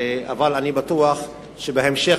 אבל אני בטוח שבהמשך,